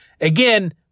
again